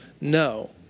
No